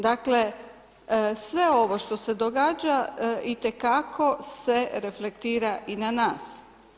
Dakle, sve ovo što se događa itekako se reflektira i na nas.